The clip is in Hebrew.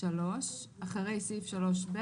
אחרי סעיף 3ב